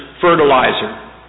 fertilizer